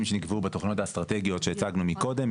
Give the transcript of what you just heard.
שנקבעו בתכניות האסטרטגיות שהצגנו מקודם,